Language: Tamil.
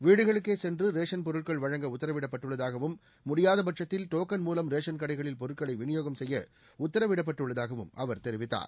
வீடுகளுக்கேசென்றரேஷன் பொருட்கள் வழங்க உத்தரவிடப்பட்டுள்ளதாகவும் முடியாதபட்சத்தில் டோக்கள் மூலம் ரேஷன் கடைகளில் பொருட்களைவிளியோகம் செய்யஉத்தரவிடப்பட்டுஉள்ளதாகவும் அவர் தெரிவித்தார்